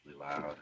loud